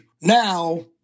now